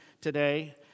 today